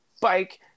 bike